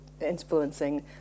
influencing